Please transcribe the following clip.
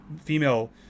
female